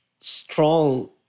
strong